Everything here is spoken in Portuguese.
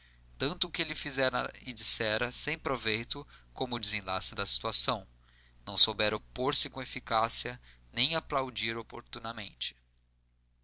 tanto o que ele fizera e dissera sem proveito como o desenlace da situação não soubera opor se com eficácia nem aplaudir oportunamente